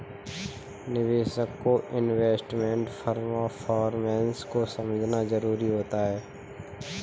निवेशक को investment performance को समझना जरुरी होता है